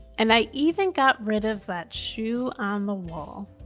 and i even got rid of that shoe on the wall.